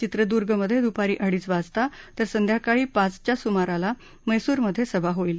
चित्रदुर्गमधे दुपारी अडीच वाजता तर संध्याकाळी पाचच्या सुमाराला मस्त्रिमधे सभा होईल